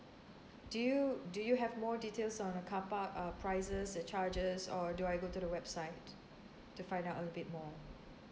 do you do you have more details on the car park uh prices uh charges or do I go to the website to find out a little bit more